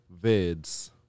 Vids